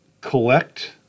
collect